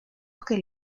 que